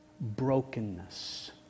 Brokenness